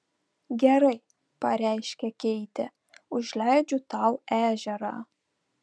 gerai pareiškė keitė užleidžiu tau ežerą